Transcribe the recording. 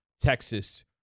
Texas